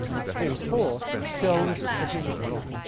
and extreme sport shows that he was wrong.